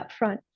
upfront